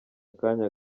akanya